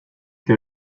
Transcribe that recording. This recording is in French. que